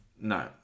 No